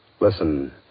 Listen